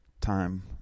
time